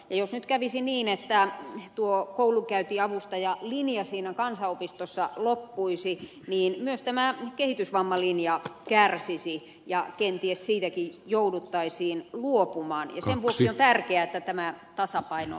jos nyt kävisi niin että tuo koulunkäyntiavustajalinja siinä kansanopistossa loppuisi niin myös tämä kehitysvammalinja kärsisi ja kenties siitäkin jouduttaisiin luopumaan ja tärkeätä tämä tasapaino